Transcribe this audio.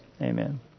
Amen